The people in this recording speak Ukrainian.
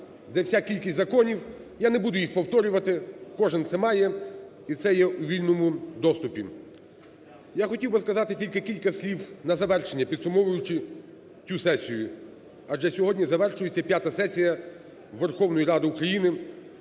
де вся кількість законів. Я не буду їх повторювати, кожен це має, і це є у вільному доступі. Я хотів би сказати кілька слів на завершення, підсумовуючи цю сесію, адже сьогодні завершується п'ята сесія Верховної Ради України